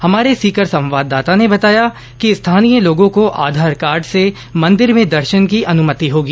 हमारे सीकर संवाददाता ने बताया कि स्थानीय लोगों को आधार कार्ड से मंदिर में दर्शन की अन्मति होगी